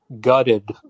gutted